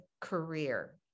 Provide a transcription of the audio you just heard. career